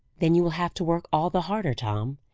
then you will have to work all the harder, tom,